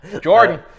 Jordan